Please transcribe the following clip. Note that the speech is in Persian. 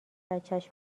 بچش